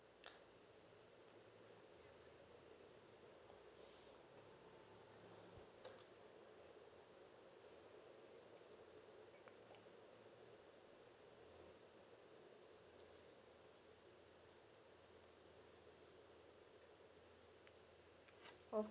oh